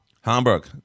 Hamburg